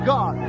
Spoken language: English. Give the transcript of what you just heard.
God